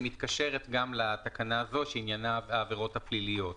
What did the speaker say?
שמתקשרת גם לתקנה הזו שעניינה העבירות הפליליות.